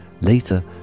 Later